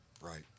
Right